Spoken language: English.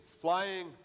flying